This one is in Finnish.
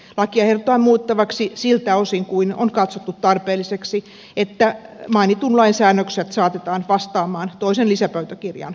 lakia ehdotetaan muutettavaksi siltä osin kuin on katsottu tarpeelliseksi että mainitun lain säännökset saatetaan vastaamaan toisen lisäpöytäkirjan määräyksiä